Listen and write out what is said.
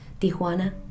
Tijuana